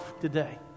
today